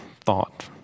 thought